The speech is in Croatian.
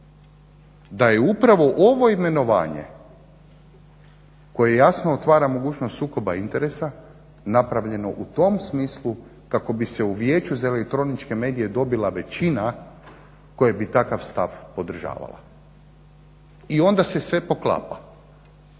da je upravo ovo imenovanje koje jasno otvara mogućnost sukoba interesa napravljeno u tom smislu kako bi se u Vijeću za elektroničke medije dobila većina koji bi takav stav podržavala. I onda se sve poklapa.